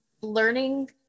learning